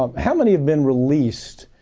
um how many have been released?